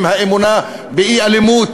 הם האמונה באי-אלימות,